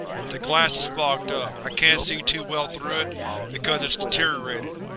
but the glass is fogged up. i can't see too well through it because it's deteriorated,